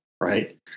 Right